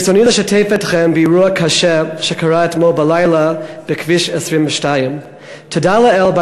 ברצוני לשתף אתכם באירוע קשה שקרה אתמול בלילה בכביש 22. תודה לאל,